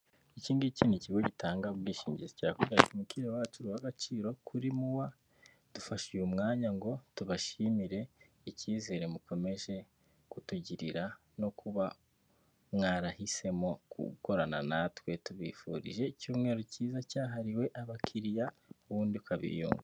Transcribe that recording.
Iki ngiki ni ikigo gitanga ubwishingizi, kirakubwira kiti, mukiriya wacu uri uw'agaciro kuri MUA, dufashe uyu mwanya ngo tubashimire icyizere mukomeje kutugirira, no kuba mwarahisemo gukorana natwe, tubifurije icyumweru cyiza cyahariwe abakiriya ubundi.